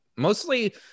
Mostly